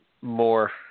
more